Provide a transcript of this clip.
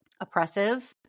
oppressive